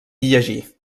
llegir